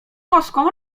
boską